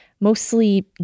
mostly